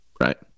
right